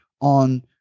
on